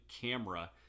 camera